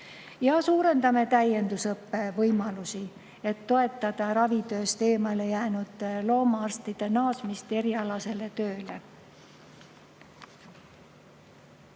ja suurendame täiendusõppevõimalusi, et toetada ravitööst eemale jäänud loomaarstide naasmist erialasele tööle.Me